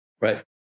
Right